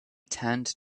turned